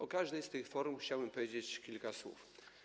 O każdej z tych form chciałbym powiedzieć kilka słów.